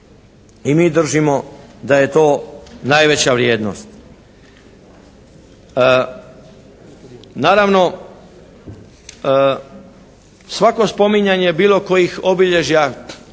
I mi držimo da je to najveća vrijednost. Naravno svako spominjanje bilo kakvih obilježja